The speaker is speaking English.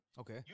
okay